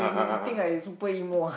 ah ah ah